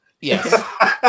yes